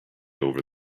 over